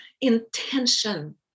intention